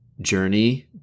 journey